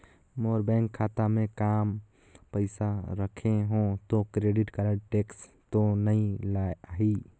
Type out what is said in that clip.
मोर bank खाता मे काम पइसा रखे हो तो क्रेडिट कारड टेक्स तो नइ लाही???